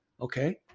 Okay